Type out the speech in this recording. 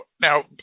now